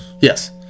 yes